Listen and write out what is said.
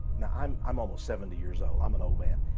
now i'm i'm almost seventy years old. i'm an old man,